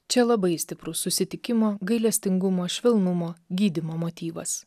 čia labai stiprus susitikimo gailestingumo švelnumo gydymo motyvas